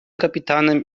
kapitanem